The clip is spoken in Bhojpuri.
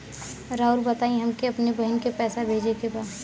राउर बताई हमके अपने बहिन के पैसा भेजे के बा?